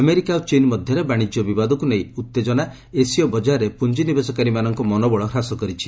America ଓ ଚୀନ୍ ମଧ୍ୟରେ ବାଣିଜ୍ୟ ବିବାଦକୁ ନେଇ ଉତ୍ତେଜନା ଏସୀୟ ବଜାରରେ ପୁଞ୍ଜିନିବେଶକାରୀମାନଙ୍କ ମନୋବଳ ହ୍ରାସ କରିଛି